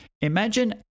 imagine